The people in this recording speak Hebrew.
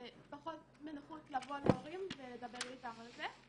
אתה פחות בנוחות לבוא להורים ולדבר איתם על זה.